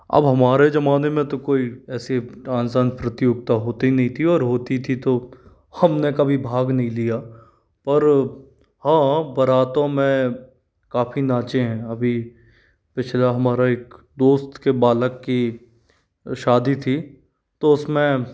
अब हमारे ज़माने में तो कोई ऐसी डांस आन प्रतियोगिता होती नहीं थी और होती थी तो हमने कभी भाग नहीं लिया पर हाँ बारातों में काफ़ी नाचे हैं अभी पिछला हमारा एक दोस्त के बालक की शादी थी तो उसमें